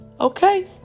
okay